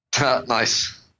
Nice